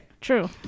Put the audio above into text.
true